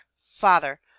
father